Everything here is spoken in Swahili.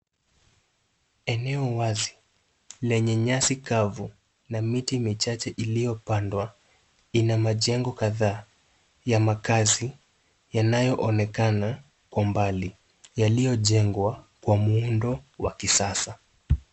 Eneo wazi lenye nyasi kavu na miti michache iliyopandwa, ina majengo kadhaa ya makazi inayoonekana kwa mbali yaliyojengwa kwa muundo wa kisasa.